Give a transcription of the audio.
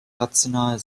rational